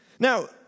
Now